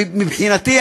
מבחינתי,